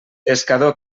pescador